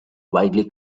widely